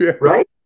right